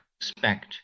expect